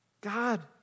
God